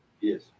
yes